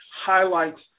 highlights